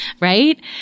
right